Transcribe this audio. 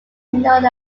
known